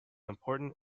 important